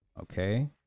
Okay